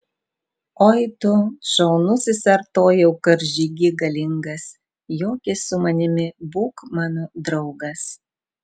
oi tu šaunusis artojau karžygy galingas joki su manimi būk mano draugas